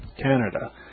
Canada